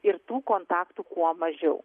ir tų kontaktų kuo mažiau